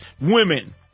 women